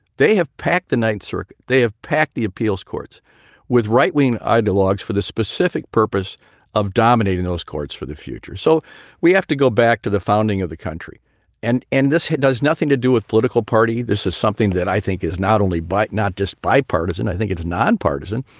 they have packed the ninth circuit. they have packed the appeals courts with right wing ideologues for the specific purpose of dominating those courts for the future. so we have to go back to the founding of the country and end this. it does nothing to do with political party. this is something that i think is not only by not just bipartisan. i think it's nonpartisan.